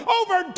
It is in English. over